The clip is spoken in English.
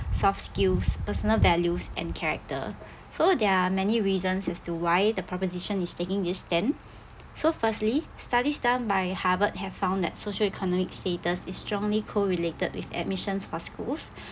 soft skills personal values and character so there are many reasons as to why the proposition is taking this stand so firstly studies done by harvard have found that socio-economic status is strongly co-related with admissions for schools